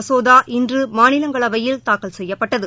மசோதா இன்று மாநிலங்களவையில் தாக்கல் செய்யப்பட்டது